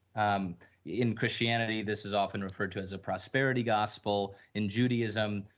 um in christianity, this is often referred to as a prosperity gospel, in judaism,